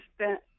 spent